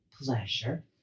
pleasure